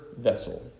vessel